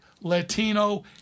Latino